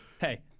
hey